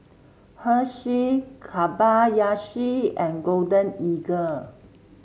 Herschel Kobayashi and Golden Eagle